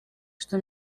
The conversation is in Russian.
что